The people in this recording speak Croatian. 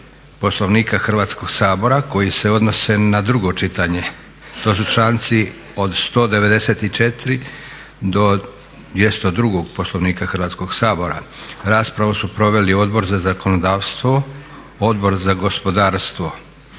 Poslovnika Hrvatskog sabora koje se odnose na drugo čitanje. To su članci od 194. do 202. Poslovnika Hrvatskog sabora. Raspravu su proveli Odbor za zakonodavstvo, Odbor za gospodarstvo.